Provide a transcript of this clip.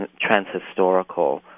trans-historical